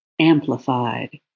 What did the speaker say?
amplified